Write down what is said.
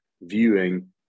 Viewing